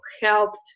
helped